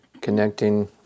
connecting